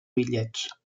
bitllets